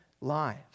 lives